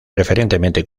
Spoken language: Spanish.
preferentemente